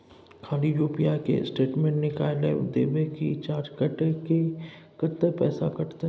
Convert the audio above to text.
खाली यु.पी.आई के स्टेटमेंट निकाइल देबे की चार्ज कैट के, कत्ते पैसा कटते?